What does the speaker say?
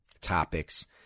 topics